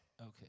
Okay